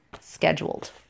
scheduled